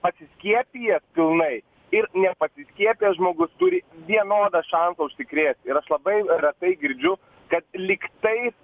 pasiskiepijęs pilnai ir nepasiskiepijęs žmogus turi vienodą šansą užsikrėsti ir aš labai retai girdžiu kad lyg taip